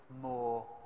more